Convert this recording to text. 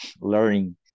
learning